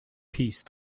peace